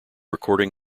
recording